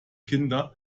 kinder